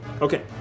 Okay